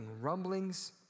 rumblings